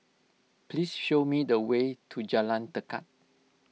please show me the way to Jalan Tekad